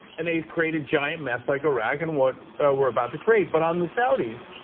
and they've created giant mess like iraq and what we're about to create. but on the saudis,